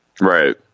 Right